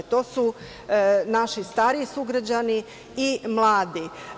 To su naši stariji sugrađani i mladi.